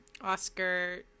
Oscar